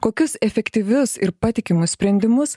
kokius efektyvius ir patikimus sprendimus